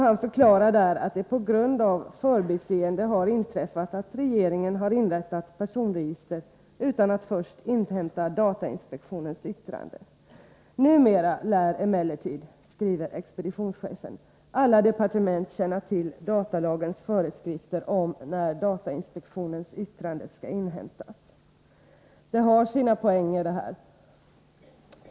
Han förklarar där att det på grund av förbiseende har inträffat att regeringen har inrättat personregister utan att först inhämta datainspektionens yttrande. Numera lär emellertid, skriver expeditionschefen, alla departement känna till datalagens föreskrifter om när datainspektionens yttrande skall inhämtas. Det har sina poänger detta.